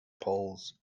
poles